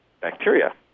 bacteria